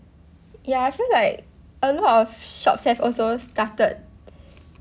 ya I feel like a lot of shops have also started